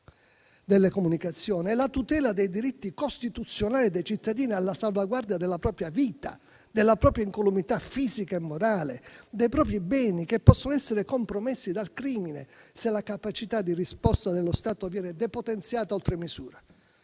delle comunicazioni alla tutela dei diritti costituzionali dei cittadini alla salvaguardia della propria vita, della propria incolumità fisica e morale, dei propri beni, che possono essere compromessi dal crimine, se la capacità di risposta dello Stato viene depotenziata oltre misura.